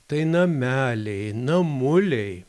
tai nameliai namuliai